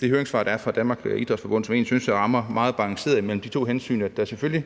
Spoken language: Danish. det høringssvar, der er fra Danmarks Idræts-Forbund, som jeg egentlig synes rammer meget balanceret imellem de to hensyn. På den ene